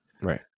Right